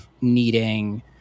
needing